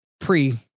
pre